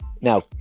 now